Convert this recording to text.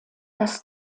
das